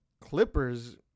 Clippers